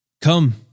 Come